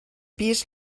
pis